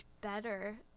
better